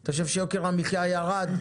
אתה חושב שיוקר המחיה ירד?